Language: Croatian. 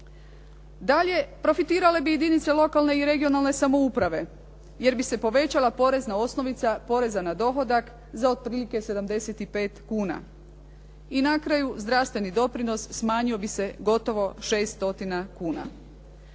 Dalje, profitirale bi jedinice lokalne i regionalne samouprave jer bi se povećala porezna osnovica poreza na dohodak za otprilike 75 kuna. I na kraju, zdravstveni doprinos smanjio bi se gotovo 600 kuna.